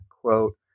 Quote